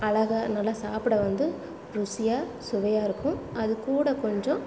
அழகாக நல்லா சாப்பிட வந்து ருசியாக சுவையாக இருக்கும் அதுக்கூட கொஞ்சம்